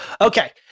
Okay